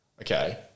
okay